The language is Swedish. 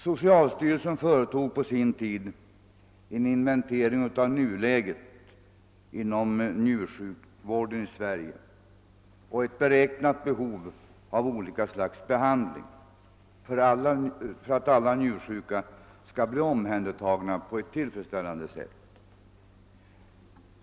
Socialstyrelsen företog på sin tid en inventering av nuläget inom njursjukvården i Sverige och ett beräknat behov av olika slags behandling för att alla njursjuka skulle bli omhändertagna på ett tillfredsställande sätt.